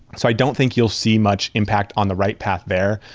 so i don't think you'll see much impact on the write path there,